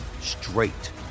straight